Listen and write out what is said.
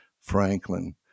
franklin